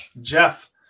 Jeff